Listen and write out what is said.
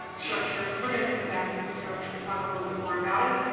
structure. we're gonna come back to this structure, talk a little bit more about it.